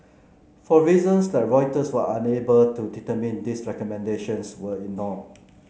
for reasons that Reuters was unable to determine these recommendations were ignored